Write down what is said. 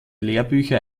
lehrbücher